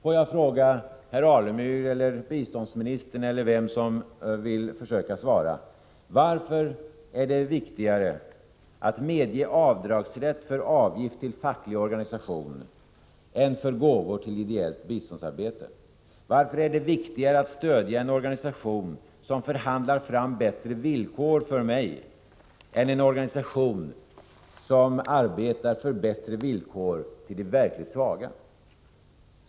Får jag fråga Stig Alemyr eller biståndsministern eller någon annan som vill försöka svara: Varför är det viktigare att medge avdragsrätt för avgift till facklig organisation än för gåvor till ideellt biståndsarbete? Varför är det viktigare att stödja en organisation som förhandlar fram bättre villkor för mig än en organisation som arbetar för bättre villkor för de verkligt svaga?